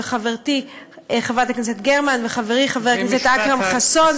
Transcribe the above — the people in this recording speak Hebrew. וחברתי חברת הכנסת גרמן וחברי חבר הכנסת אכרם חסון,